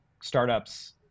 startups